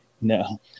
No